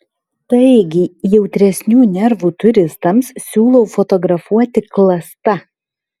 taigi jautresnių nervų turistams siūlau fotografuoti klasta